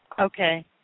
okay